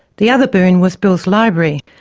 the other boon was bill's library.